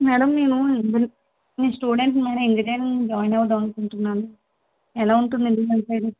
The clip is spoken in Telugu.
మ్యాడం నేను నేను స్టూడెంట్ మ్యాడం ఇంజనీరింగ్ జాయిన్ అవుదాం అనుకుంటున్నాను ఎలా ఉంటుందండి మన సైడు